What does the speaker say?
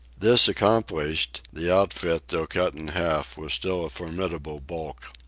this accomplished, the outfit, though cut in half, was still a formidable bulk.